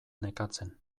nekatzen